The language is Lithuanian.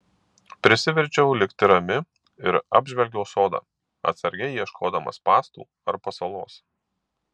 prisiverčiau likti rami ir apžvelgiau sodą atsargiai ieškodama spąstų ar pasalos